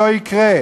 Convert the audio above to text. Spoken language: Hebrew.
שלא יקרה.